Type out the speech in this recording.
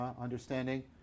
understanding